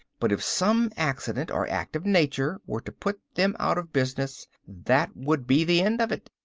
but if some accident or act of nature were to put them out of business, that would be the end of it.